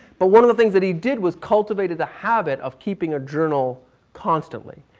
but one of the things that he did was cultivated the habit of keeping a journal constantly.